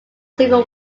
civil